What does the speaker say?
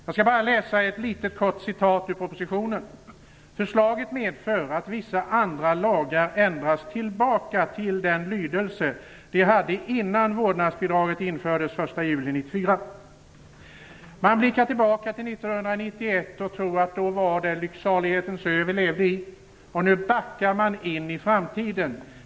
Jag skall läsa ett kort citat ur propositionen: "Förslaget medför att vissa andra lagar ändras tillbaka till den lydelse de hade innan vårdnadsbidraget infördes den 1 juli 1994." Man blickar tillbaka till 1991 och tror att vi då levde på lycksalighetens ö. Nu backar man in i framtiden.